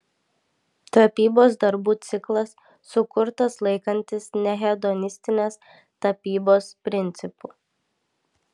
tapybos darbų ciklas sukurtas laikantis nehedonistinės tapybos principų